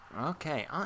Okay